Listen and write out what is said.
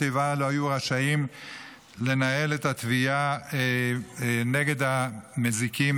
איבה לא היו רשאים לנהל את התביעה נגד המזיקים,